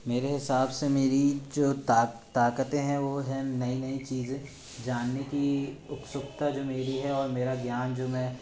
मेरे हिसाब से मेरी जो ता ताक़तें हैं वो हैं नई नई चीज़ें जानने की उत्सुकता जो मेरी है और मेरा ज्ञान जो मैं